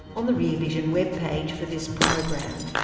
on the rear vision web page for this program,